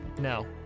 No